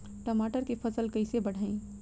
टमाटर के फ़सल कैसे बढ़ाई?